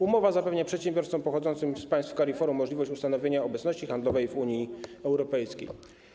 Umowa zapewnia przedsiębiorstwom pochodzącym z państw CARIFORUM możliwość ustanowienia obecności handlowej w Unii Europejskiej.